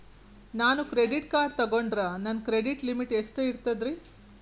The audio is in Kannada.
ನಾನು ಕ್ರೆಡಿಟ್ ಕಾರ್ಡ್ ತೊಗೊಂಡ್ರ ನನ್ನ ಕ್ರೆಡಿಟ್ ಲಿಮಿಟ್ ಎಷ್ಟ ಇರ್ತದ್ರಿ?